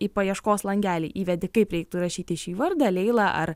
į paieškos langelį įvedi kaip reiktų rašyti šį vardą leila ar